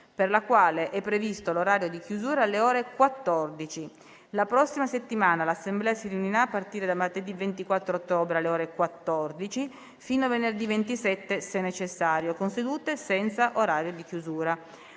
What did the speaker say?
per la quale è previsto l'orario di chiusura alle ore 14. La prossima settimana l'Assemblea si riunirà a partire da martedì 24 ottobre, alle ore 14, fino a venerdì 27, se necessario, con sedute senza orario di chiusura.